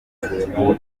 atuyeho